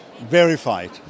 verified